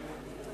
אמן.